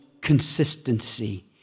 consistency